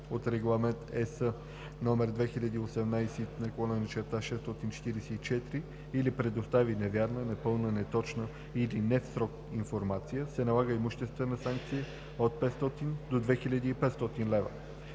от Регламент (ЕС) № 2018/644 или предостави невярна, непълна, неточна или не в срок информация, се налага имуществена санкция от 500 до 2500 лв.